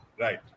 Right